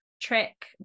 track